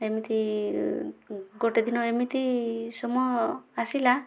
ଏମିତି ଗୋଟିଏ ଦିନ ଏମିତି ସମୟ ଆସିଲା